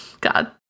god